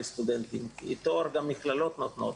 תואר גם המכללות נותנות,